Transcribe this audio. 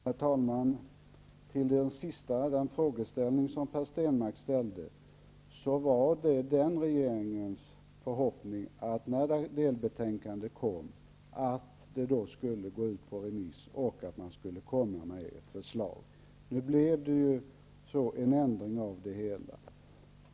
Herr talman! Beträffande den fråga som Per Stenmarck ställde kan jag säga att det var den förra regeringens förhoppning att delbetänkandet skulle skickas ut på remiss och att man därefter skulle kunna komma med förslag. Nu blev det en ändring av det hela.